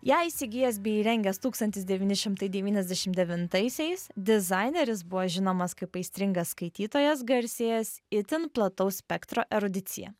ją įsigijęs bei įrengęs tūkstantis devyni šimtai devyniasdešim devintaisiais dizaineris buvo žinomas kaip aistringas skaitytojas garsėjęs itin plataus spektro erudicija